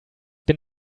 bin